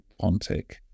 pontic